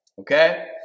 Okay